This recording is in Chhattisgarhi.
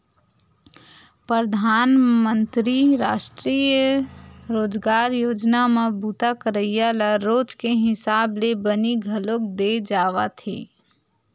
परधानमंतरी रास्टीय रोजगार योजना म बूता करइया ल रोज के हिसाब ले बनी घलोक दे जावथे